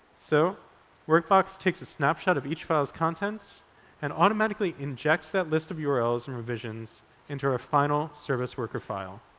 so workbox takes a snapshot of each file's contents and automatically injects that list of yeah urls and revisions into our final service worker file.